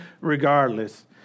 regardless